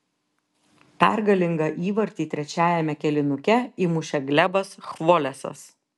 pergalingą įvartį trečiajame kėlinuke įmušė glebas chvolesas